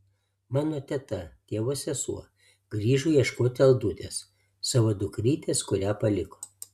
mano teta tėvo sesuo grįžo ieškoti aldutės savo dukrytės kurią paliko